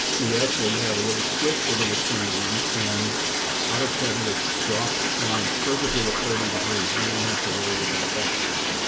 we actually have a little switch we're going to turn on and autocad will drop lines perfectly at thirty degrees. we won't have to worry about that.